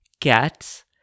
cats